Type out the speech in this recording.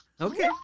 Okay